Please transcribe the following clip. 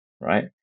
right